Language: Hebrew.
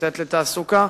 לצאת לתעסוקה.